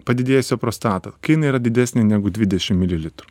padidėjusią prostatą kai jinai yra didesnė negu dvidešim mililitrų